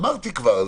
אמרתי כבר,